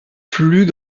plus